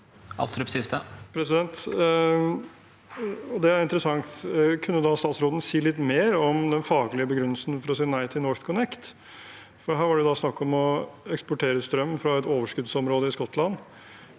Det er interessant. Kunne da statsråden si litt mer om den faglige begrunnelsen for å si nei til NorthConnect? Her var det snakk om å eksportere strøm fra et overskuddsområde i Skottland,